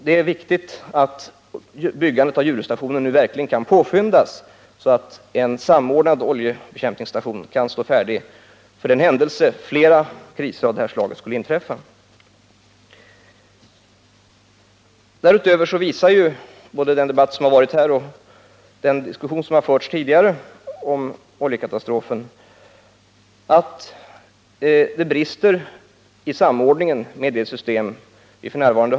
Det är viktigt att byggandet av Djuröstationen nu verkligen kan påskyndas, så att en samordnad oljebekämpningsstation kan stå färdig för den händelse flera kriser av det här slaget skulle inträffa. Dessutom visar både den här debatten och den diskussion som förts tidigare om oljekatastrofen att det i det nuvarande systemet brister i fråga om samordningen.